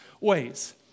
ways